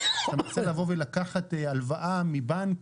אתה רוצה לקחת הלוואה מבנק,